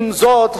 עם זאת,